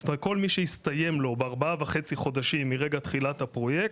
כל מי שהסתיים לו בארבעה וחצי החודשים מרגע תחילת הפרויקט,